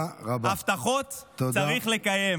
הבטחות צריך לקיים.